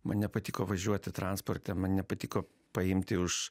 man nepatiko važiuoti transporte man nepatiko paimti už